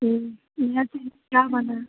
कि यहाँ पर क्या बना